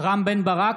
רם בן ברק,